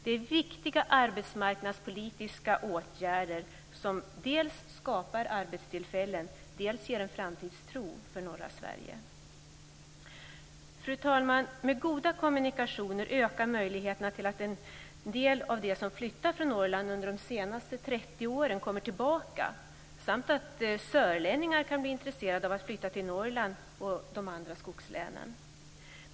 Det är viktiga arbetsmarknadspolitiska åtgärder som dels skapar arbetstillfällen, dels ger en framtidstro vad gäller norra Sverige. Fru talman! Med goda kommunikationer ökar möjligheterna att en del av dem som under de senaste 30 åren har flyttat från Norrland kommer tillbaka samt att sörlänningar kan bli intresserade av att flytta till Norrland och till de andra skogslänen.